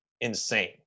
insane